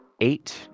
eight